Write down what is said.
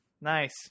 Nice